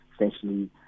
essentially